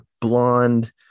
blonde